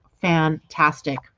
fantastic